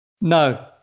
No